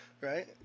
right